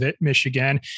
Michigan